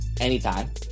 anytime